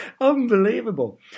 unbelievable